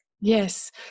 Yes